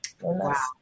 Wow